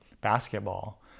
basketball